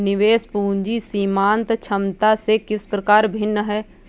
निवेश पूंजी सीमांत क्षमता से किस प्रकार भिन्न है?